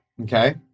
Okay